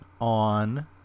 on